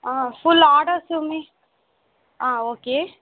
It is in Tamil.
ஆ ஃபுல் ஆடர்ஸுமே ஆ ஓகே